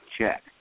check